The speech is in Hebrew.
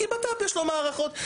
כי לבט"פ יש מערכות,